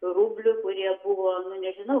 rublių kurie buvo nu nežinau